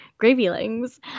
Gravylings